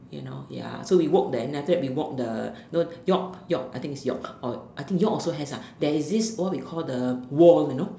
you know ya so we walk there and I say we walk the know York York I think is York or I think York also has lah there is this what we call the wall you know